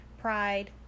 pride